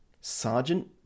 Sergeant